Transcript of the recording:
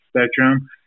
spectrum